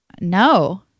No